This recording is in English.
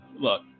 look